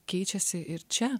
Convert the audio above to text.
keičiasi ir čia